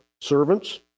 servants